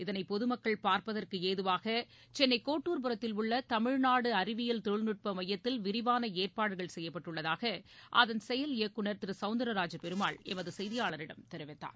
இதனைபொதுமக்கள் பார்ப்பதற்குஏதுவாகசென்னைகோட்டுர்புரத்தில் உள்ளதமிழ்நாடுஅறிவியல் தொழில்நுட்பமையத்தில் விரிவானஏற்பாடுகள் செய்யப்பட்டுள்ளதாகஅதன் செயல் இயக்குநர் திருசவுந்தரராஜ பெருமாள் எமதுசெய்தியாளரிடம் தெரிவித்தார்